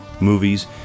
movies